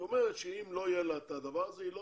היא אומרת שאם לא יהיה לה את הדבר הזה היא לא